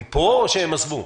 הם פה או שהם עזבו?